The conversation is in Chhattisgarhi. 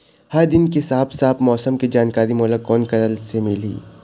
हर दिन के साफ साफ मौसम के जानकारी मोला कोन करा से मिलही?